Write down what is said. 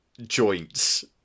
joints